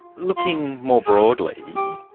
looking more broadly,